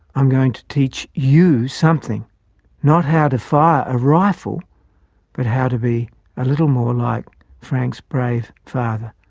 um going to teach you something not how to fire a rifle but how to be a little more like frank's brave father,